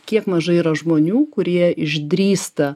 kiek mažai yra žmonių kurie išdrįsta